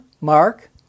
Mark